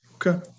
Okay